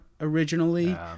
originally